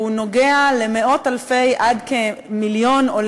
הוא נוגע למאות-אלפי עד כמיליון איש,